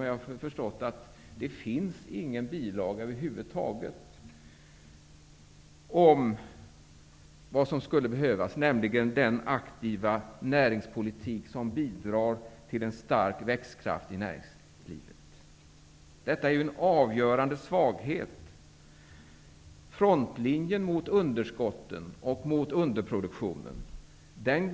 Men jag har förstått att det över huvud taget inte finns någon bilaga om vad som skulle behövas, nämligen en aktiv näringspolitik som bidrar till en stark växtkraft i näringslivet. Detta är en avgörande svaghet. Frontlinjen mot underskotten och underproduktionen